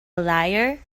liar